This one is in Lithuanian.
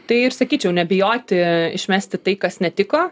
tai ir sakyčiau nebijoti išmesti tai kas netiko